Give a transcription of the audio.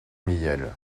mihiel